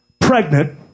pregnant